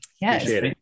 Yes